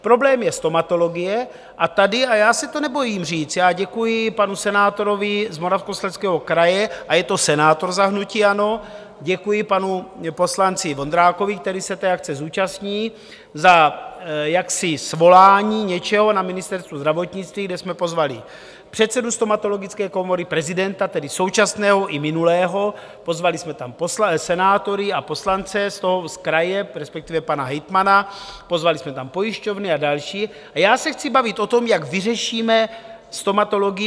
Problém je stomatologie a tady, a já se to nebojím říct, děkuji panu senátorovi z Moravskoslezského kraje a je to senátor za hnutí ANO, děkuji panu poslanci Vondrákovi, který se té akce zúčastní, za svolání něčeho na Ministerstvu zdravotnictví, kde jsme pozvali předsedu stomatologické komory, prezidenta, tedy současného i minulého, pozvali jsme tam senátory a poslance z kraje, respektive pana hejtmana, pozvali jsme tam pojišťovny a další a já se chci bavit o tom, jak vyřešíme stomatologii.